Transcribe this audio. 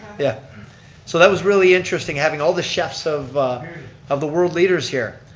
yeah so that was really interesting, having all the chefs of of the world leaders here.